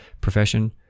profession